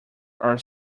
are